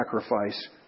sacrifice